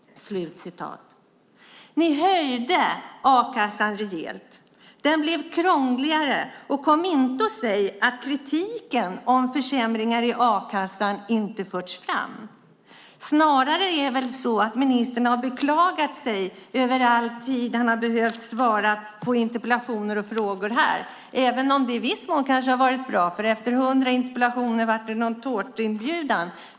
Ni höjde a-kassan rejält. Det blev krångligare. Kom inte och säg att kritiken om försämringar i a-kassan inte förts fram. Det är väl snarare så att ministern har beklagat sig över all tid han har behövt lägga på att svara på interpellationer och frågor. I viss mån har det kanske varit bra; efter 100 interpellationer blev det en tårtinbjudan.